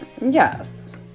yes